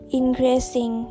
increasing